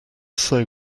sew